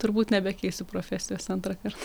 turbūt nebekeisiu profesijos antrąkart